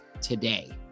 today